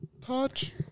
Touch